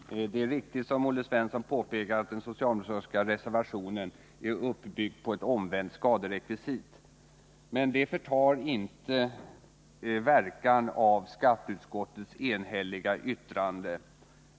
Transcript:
Fru talman! Det är riktigt, som Olle Svensson påpekar, att den socialdemokratiska reservationen är uppbyggd på ett omvänt skaderekvisit. Men det förtar inte verkan av skatteutskottets enhälliga yttrande.